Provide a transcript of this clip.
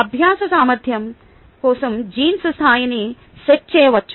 అభ్యాస సామర్థ్యం కోసం జీన్స్ స్థాయిని సెట్ చేయవచ్చు